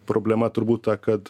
problema turbūt ta kad